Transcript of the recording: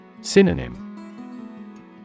Synonym